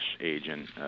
agent